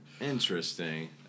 Interesting